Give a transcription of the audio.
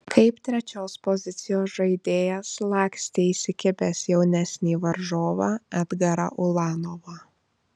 kaip trečios pozicijos žaidėjas lakstė įsikibęs jaunesnį varžovą edgarą ulanovą